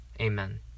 Amen